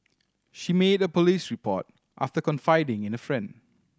she made a police report after confiding in a friend